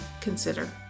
consider